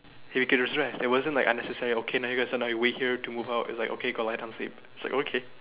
and we can just rest it wasn't like unnecessary okay so now you wait here to move out it's like okay go lie down sleep okay